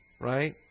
right